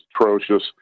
atrocious